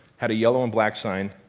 had a yellow and black sign,